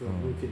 mm